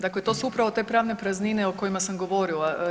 Dakle, to su upravo te pravne praznine o kojima sam govorila.